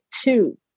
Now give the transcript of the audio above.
two